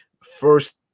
First